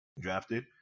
drafted